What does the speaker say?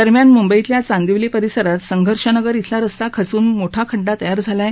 दरम्यान मुंबईतल्या चांदिवली परिसरात संघर्षनगर इथला रस्ता खचून मोठा खड्डा तयार झाला आहे